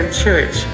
church